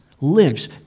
lives